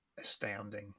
astounding